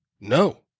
no